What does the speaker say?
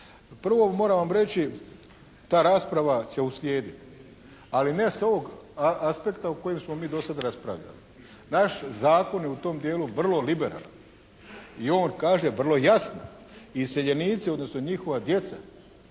Prvo moram vam reći ta rasprava će uslijediti. Ali ne s ovog aspekta o kojem smo mi do sad raspravljali. Naš zakon je u tom dijelu vrlo liberalan i on kaže vrlo jasno: «Iseljenici odnosno njihova djeca